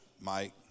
Mike